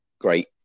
Great